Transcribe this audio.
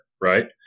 Right